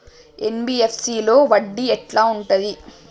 NBFC లో వడ్డీ ఎట్లా ఉంటది?